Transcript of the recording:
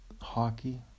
hockey